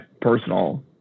personal